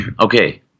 Okay